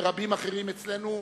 ורבים אחרים אצלנו,